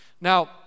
Now